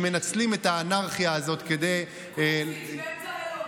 שמנצלים את האנרכיה הזאת, באמצע היום.